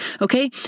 Okay